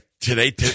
today